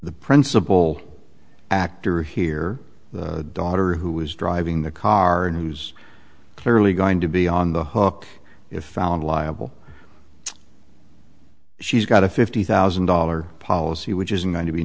the principle actor here the daughter who was driving the car and who's clearly going to be on the hook if found liable she's got a fifty thousand dollars policy which isn't going to be